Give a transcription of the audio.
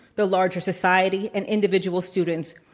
the larger society, and individual students,